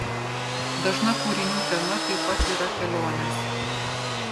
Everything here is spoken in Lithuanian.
dažna kūrinių tema taip pat yra kelionės